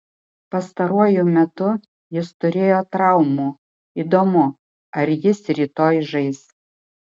pastaruoju metu jis turėjo traumų įdomu ar jis rytoj žais